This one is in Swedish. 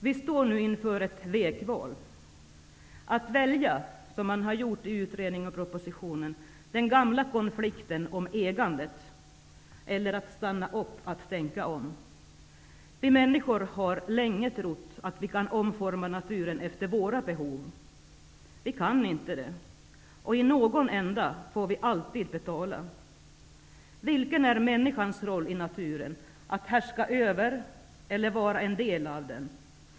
Vi står nu inför ett vägval: Att välja den gamla konflikten om ägandet, som man har gjort i utredning och proposition, eller att stanna upp och tänka om. Vi människor har länge trott att vi kan omforma naturen efter våra behov. Vi kan inte det. I någon ände får vi alltid betala. Vilken är människans roll i naturen? Att härska över den eller vara en del av den?